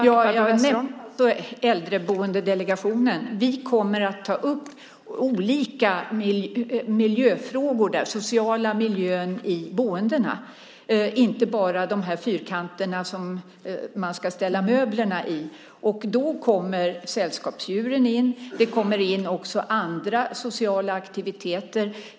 Fru talman! Äldreboendedelegationen kommer att ta upp olika miljöfrågor i boendena, däribland den sociala miljön, inte bara de fyrkanter som man ska ställa möblerna i. Då kommer sällskapsdjuren in. Det kommer in också andra sociala aktiviteter.